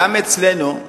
גם אצלנו,